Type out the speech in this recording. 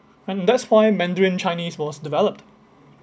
and that's why mandarin chinese was developed